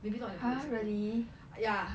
maybe not in ya